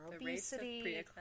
obesity